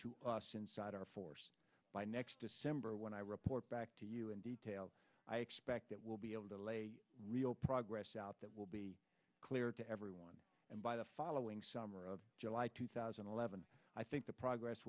to us inside our force by next december when i report back to you in detail i expect that we'll be able to lay a real progress out that will be clear to everyone and by the following summer of july two thousand and eleven i think the progress